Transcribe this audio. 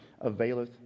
availeth